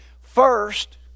first